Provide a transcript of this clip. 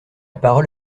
parole